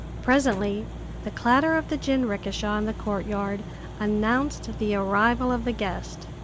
presently the clatter of the jinrikisha in the courtyard announced the arrival of the guest.